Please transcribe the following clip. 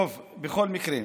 בכל מקרה,